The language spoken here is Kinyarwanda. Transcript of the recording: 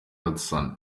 hassan